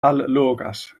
allogas